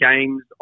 games